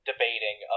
debating